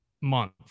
month